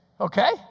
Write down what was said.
Okay